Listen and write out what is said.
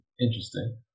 interesting